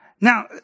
Now